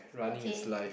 okay